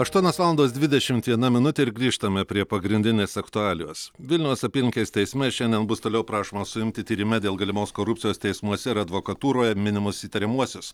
aštuonios valandos dvidešimt viena minutė ir grįžtame prie pagrindinės aktualijos vilniaus apylinkės teisme šiandien bus toliau prašoma suimti tyrime dėl galimos korupcijos teismuose ir advokatūroje minimus įtariamuosius